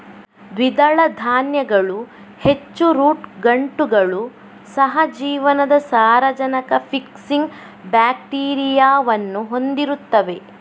ದ್ವಿದಳ ಧಾನ್ಯಗಳು ಹೆಚ್ಚು ರೂಟ್ ಗಂಟುಗಳು, ಸಹ ಜೀವನದ ಸಾರಜನಕ ಫಿಕ್ಸಿಂಗ್ ಬ್ಯಾಕ್ಟೀರಿಯಾವನ್ನು ಹೊಂದಿರುತ್ತವೆ